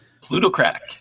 Plutocratic